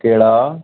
कहिड़ा